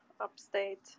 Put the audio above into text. upstate